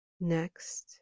Next